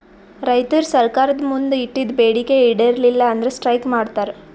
ರೈತರ್ ಸರ್ಕಾರ್ದ್ ಮುಂದ್ ಇಟ್ಟಿದ್ದ್ ಬೇಡಿಕೆ ಈಡೇರಲಿಲ್ಲ ಅಂದ್ರ ಸ್ಟ್ರೈಕ್ ಮಾಡ್ತಾರ್